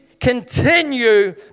continue